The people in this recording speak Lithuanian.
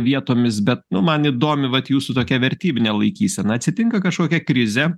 vietomis bet nu man įdomi vat jūsų tokia vertybinė laikysena atsitinka kažkokia krizė